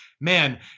man